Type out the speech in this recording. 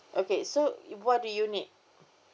okay so what do you need